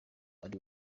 ari